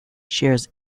shares